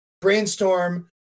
brainstorm